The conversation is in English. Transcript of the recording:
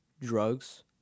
drugs